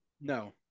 No